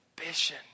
ambition